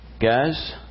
Guys